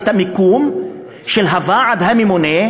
את המיקום של הוועדה הממונה,